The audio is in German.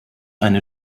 eine